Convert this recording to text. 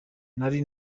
nari